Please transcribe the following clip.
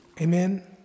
Amen